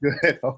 good